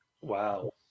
Wow